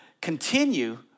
continue